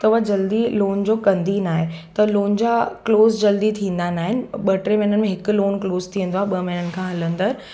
त उहा जल्दी लोन जो कंदी नाहे त लोन जा क्लोज़ जल्दी थींदा न आहिनि ॿ टे महिननि में हिकु लोन क्लोज़ थी वेंदो आहे ॿ महिननि खां हलंदड़